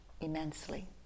immensely